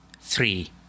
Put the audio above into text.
three